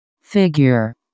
figure